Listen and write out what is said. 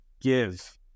give